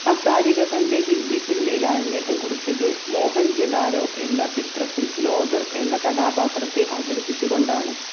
ഹസാരിക തൻ്റെ ഹിന്ദി സിനിമയിൽ അരങ്ങേറ്റം കുറിച്ചത് മോഹൻജദാരോ എന്ന ചിത്രത്തിൽ ലോതർ എന്ന കഥാപാത്രത്തെ അവതരിപ്പിച്ചുകൊണ്ടാണ്